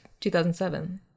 2007